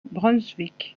brunswick